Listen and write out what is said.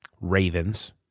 Ravens